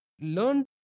learn